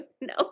No